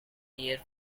near